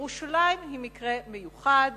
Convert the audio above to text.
ירושלים היא מקרה מיוחד,